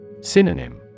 Synonym